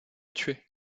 thueyts